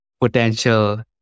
potential